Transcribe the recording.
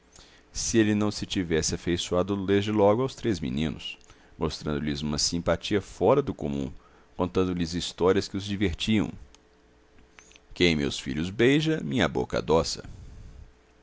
se ele não se tivesse afeiçoado desde logo aos três meninos mostrando-lhes uma simpatia fora do comum contando lhes histórias que os divertiam quem meus filhos beija minha boca adoça